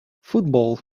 football